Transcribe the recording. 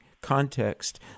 context